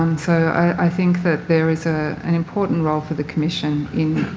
um so i think that there is ah an important role for the commission in